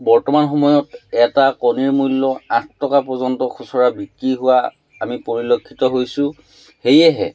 বৰ্তমান সময়ত এটা কণীৰ মূল্য আঠ টকা পৰ্যন্ত খুচুৰা বিক্ৰী হোৱা আমি পৰিলক্ষিত হৈছোঁ সেয়েহে